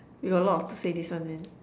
you got a lot to say this one then